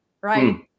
right